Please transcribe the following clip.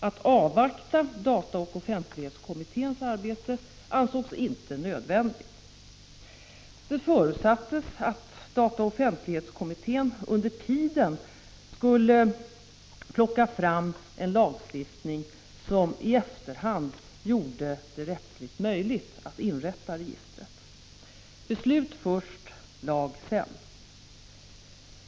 Att avvakta dataoch offentlighetskommitténs arbete ansågs inte nödvändigt. Det förutsattes dock att dataoch offentlighetskommittén under tiden skulle plocka fram en lagstiftning som i efterhand gjorde det rättsligt möjligt att inrätta registret. Beslut först, lag sedan.